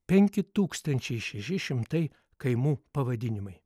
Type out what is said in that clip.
penki tūkstančiai šeši šimtai kaimų pavadinimai